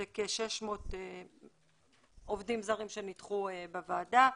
זה כ-600 עובדים זרים שנדחו בוועדה,